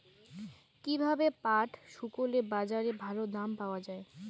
কীভাবে পাট শুকোলে বাজারে ভালো দাম পাওয়া য়ায়?